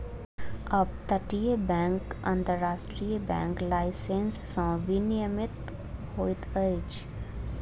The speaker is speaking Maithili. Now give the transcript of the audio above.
अप तटीय बैंक अन्तर्राष्ट्रीय बैंक लाइसेंस सॅ विनियमित होइत अछि